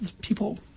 people